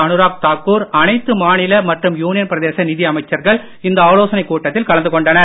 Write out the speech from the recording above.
அனுராக் தாக்கூர் அனைத்து மாநில மற்றும் யூனியன் பிரதேச நிதி அமைச்சர்கள் இந்த ஆலோசனைக் கூட்டத்தில் கலந்து கொண்டனர்